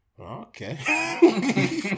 Okay